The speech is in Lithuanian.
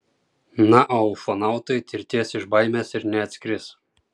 na o ufonautai tirtės iš baimės ir neatskris